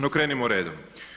No, krenimo redom.